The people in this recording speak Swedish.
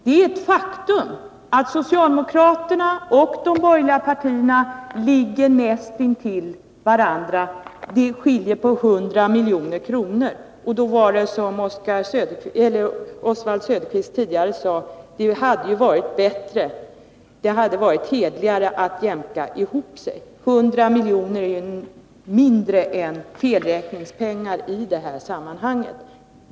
Det är ett faktum att socialdemokraterna och de borgerliga partierna ligger näst intill varandra — skillnaden rör sig om 100 milj.kr. Det hade ju, som Oswald Söderqvist sade tidigare i dag, varit hederligare att jämka ihop sig. 100 miljoner är mindre än felräkningspengar i detta sammanhang.